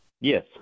Yes